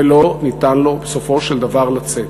ולא ניתן לו בסופו של דבר לצאת.